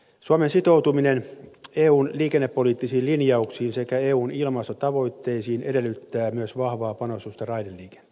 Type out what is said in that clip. suomen sitoutuminen eun liikennepoliittisiin linjauksiin sekä eun ilmastotavoitteisiin edellyttää myös vahvaa panostusta raideliikenteeseen